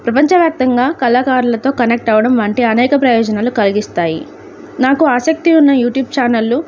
ప్రపంచవ్యాప్తంగా కళాకారులతో కనెక్ట్ అవ్వడం వంటి అనేక ప్రయోజనాలు కలిగిస్తాయి నాకు ఆసక్తి ఉన్న యూట్యూబ్ ఛానళ్ళు